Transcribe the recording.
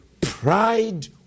pride